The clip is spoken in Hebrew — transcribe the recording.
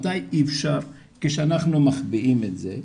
מתי אי אפשר כשאנחנו מחביאים את זה,